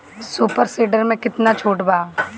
Super seeder मै कितना छुट बा?